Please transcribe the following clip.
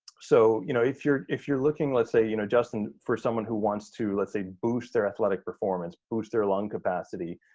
so you know if you're if you're looking, let's say, you know justin, for someone who wants to, let's say boost their athletic performance, boost their lung capacity.